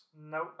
No